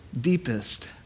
deepest